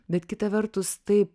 bet kita vertus taip